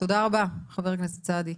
תודה רבה חבר הכנסת סעדי.